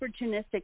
opportunistic